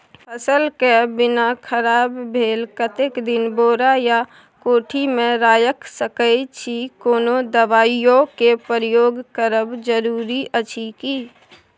फसल के बीना खराब भेल कतेक दिन बोरा या कोठी मे रयख सकैछी, कोनो दबाईयो के प्रयोग करब जरूरी अछि की?